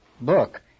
book